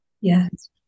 yes